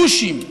פושים,